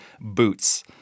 boots